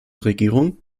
regierung